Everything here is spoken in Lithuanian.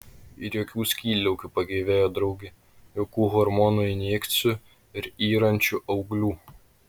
ir jokių skydliaukių pagyvėjo draugė jokių hormonų injekcijų ir yrančių auglių